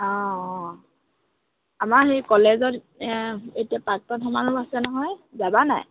অঁ অঁ আমাৰ সেই কলেজত এতিয়া প্ৰাপ্তন সমাৰোহ আছে নহয় যাবা নাই